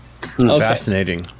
Fascinating